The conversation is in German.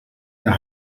der